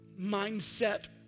mindset